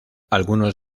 algunos